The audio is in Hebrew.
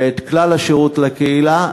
ואת כלל השירות לקהילה.